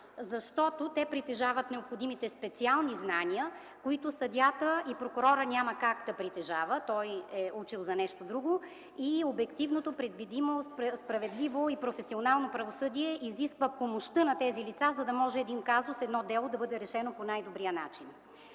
защото те притежават необходимите специални знания, които съдията и прокурорът няма как да притежават – те са учили за нещо друго. Обективното, предвидимо, справедливо и професионално правосъдие изисква помощта на тези лица, за да може един казус, едно дело да бъде решено по най-добрия начин.